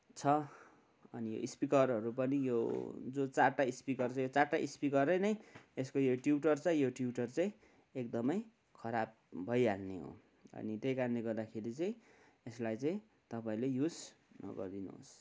छ अनि यो स्पिकरहरू पनि यो जो चारवटा स्पिकर चाहिँ यो चारवटा स्पिकरै नै यसको यो ट्युटर छ यो ट्युटर चाहिँ एकदमै खराब भइहाल्ने हो अनि त्यही कारणले गर्दाखेरि चाहिँ यसलाई चाहिँ तपाईँले युज नगर्दिनुहोस्